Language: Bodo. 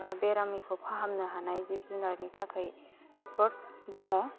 बा बेरामखौ फाहामनो हानाय जिब जुनारनि थाखाय डक्टर दङ